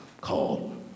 called